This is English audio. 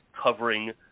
covering